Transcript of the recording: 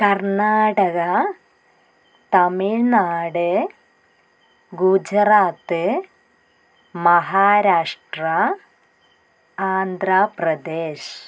Karnataka Tamil Nadu Gujarat Maharashtra Andhra Pradesh